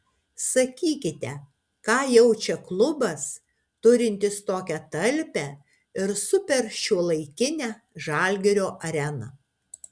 sakykite ką jaučia klubas turintis tokią talpią ir superšiuolaikinę žalgirio areną